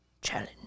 Challenge